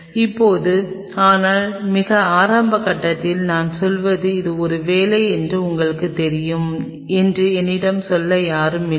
எனவே இப்போது ஆனால் மிக ஆரம்ப கட்டங்களில் நான் சொல்வது இது ஒரு வேலை என்று உங்களுக்குத் தெரியும் என்று என்னிடம் சொல்ல யாரும் இல்லை